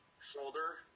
Shoulder